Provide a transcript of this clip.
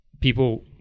people